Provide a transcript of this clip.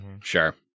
Sure